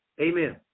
Amen